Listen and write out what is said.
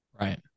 right